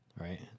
Right